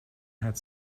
had